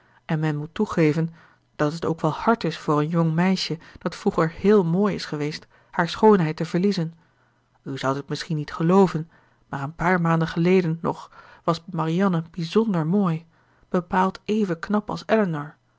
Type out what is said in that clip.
en men moet toegeven dat het ook wel hard is voor een jong meisje dat vroeger héél mooi is geweest haar schoonheid te verliezen u zoudt het misschien niet gelooven maar een paar maanden geleden nog wàs marianne bijzonder mooi bepaald even knap als